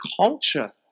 culture